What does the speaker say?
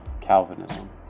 Calvinism